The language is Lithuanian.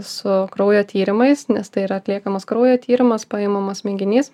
su kraujo tyrimais nes tai yra atliekamas kraujo tyrimas paimamas mėginys